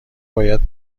باید